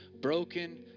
broken